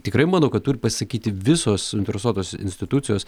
tikrai manau kad turi pasisakyti visos suinteresuotos institucijos